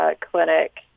Clinic